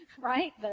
right